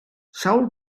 sawl